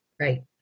Right